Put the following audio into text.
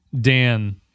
Dan